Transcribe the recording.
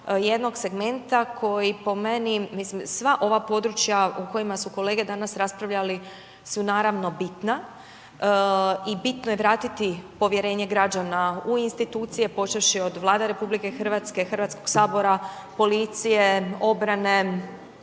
jednog segmenta koji po meni, mislim, sva ova područja u kojima su kolege danas raspravljali su, naravno, bitna i bitno je vratiti povjerenje građana u institucije, počevši od Vlade RH, HS-a, policije, obrane,